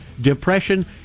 depression